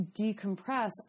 decompress